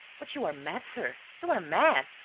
but you are mad, sir, you are mad!